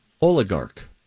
Oligarch